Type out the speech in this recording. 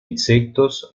insectos